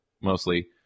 mostly